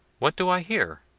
what do i hear?